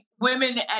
women